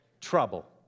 Trouble